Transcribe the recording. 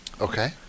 Okay